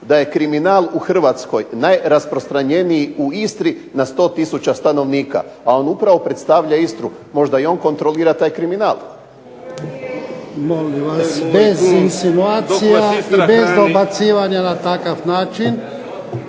da je kriminal u Hrvatskoj najrasprostranjeniji u Istri na 100 tisuća stanovnika, a on upravo predstavlja Istru. Možda i on kontrolira taj kriminal.